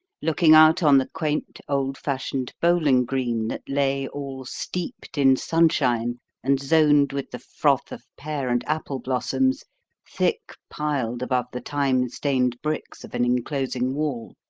looking out on the quaint, old-fashioned bowling green that lay all steeped in sunshine and zoned with the froth of pear and apple blossoms thick piled above the time-stained bricks of an enclosing wall.